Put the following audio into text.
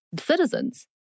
citizens